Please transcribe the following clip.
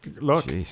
Look